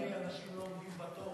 לצערי, אנשים לא עומדים בתור